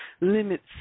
limits